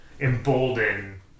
embolden